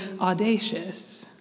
audacious